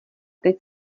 teď